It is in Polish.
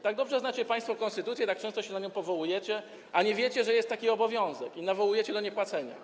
Tak dobrze znacie państwo konstytucję, tak często się na nią powołujecie, a nie wiecie, że jest taki obowiązek, i nawołujecie do niepłacenia.